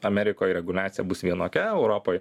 amerikoj reguliacija bus vienokia europoje